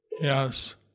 Yes